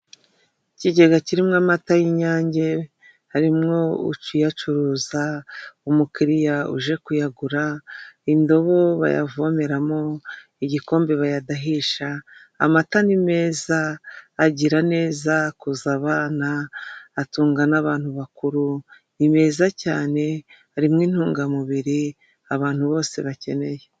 Ikigega kirimo amata y'inyange harimo ukiyacuruza umukiriya uje kuyagura, indobo bayavomeramo, igikombe bayadahisha amata ni meza agira neza, akuzabana atunga n'abantu bakuru, ni beza cyane harimo intungamubiri abantu bose bakeneye.